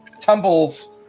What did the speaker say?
tumbles